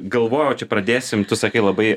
galvojau čia pradėsim tu sakai labai